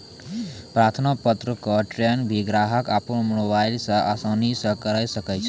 प्रार्थना पत्र क ट्रैक भी ग्राहक अपनो मोबाइल स आसानी स करअ सकै छै